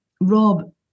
Rob